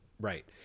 Right